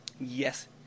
Yes